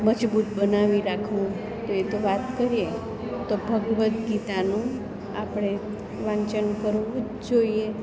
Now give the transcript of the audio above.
મજબૂત બનાવી રાખવું તો એ તો વાત કરીએ તો ભગવદ્ ગીતાનું આપણે વાંચન કરવું જ જોઈએ